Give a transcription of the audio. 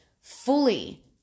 fully